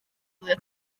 gwylio